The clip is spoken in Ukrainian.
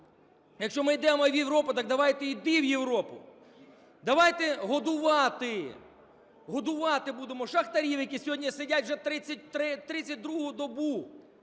Якщо ми йдемо в Європу, так давайте йти в Європу. Давайте годувати, годувати будемо шахтарів, які сьогодні сидять вже 32 добу